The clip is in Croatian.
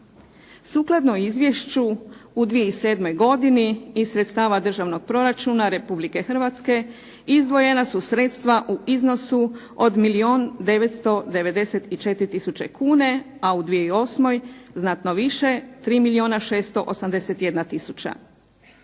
Sukladno izvješću u 2007. godini i sredstava Državnog proračuna Republike Hrvatske, izdvojena su sredstva u iznosu od milijun 994 kuna, a u 2008. znatno više, 3 milijuna